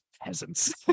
peasants